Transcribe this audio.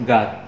God